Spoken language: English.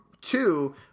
two